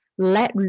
let